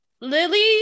Lily